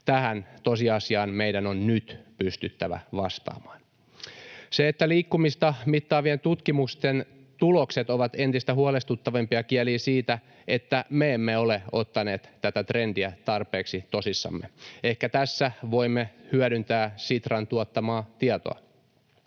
Tähän tosiasiaan meidän on nyt pystyttävä vastaamaan. Se, että liikkumista mittaavien tutkimusten tulokset ovat entistä huolestuttavimpia, kielii siitä, että me emme ole ottaneet tätä trendiä tarpeeksi tosissamme. Ehkä tässä voimme hyödyntää Sitran tuottamaa tietoa.